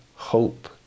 hope